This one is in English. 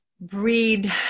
breed